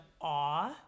awe